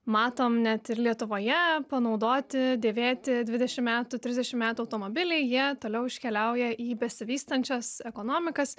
matom net ir lietuvoje panaudoti dėvėti dvidešim metų trisdešim metų automobiliai jie toliau iškeliauja į besivystančias ekonomikas